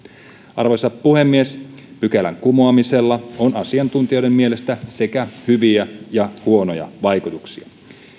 arvoisa puhemies pykälän kumoamisella on asiantuntijoiden mielestä sekä hyviä että huonoja vaikutuksia